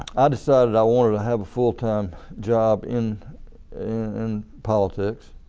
i decided i wanted to have a full time job in in politics.